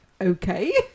okay